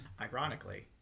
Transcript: ironically